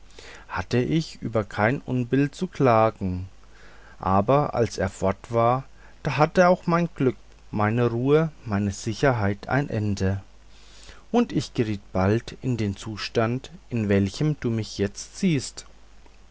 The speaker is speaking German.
hatte ich über keine unbill zu klagen aber als er fort war da hatte auch mein glück meine ruhe meine sicherheit ein ende und ich geriet bald in den zustand in welchem du mich jetzt siehst